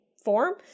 form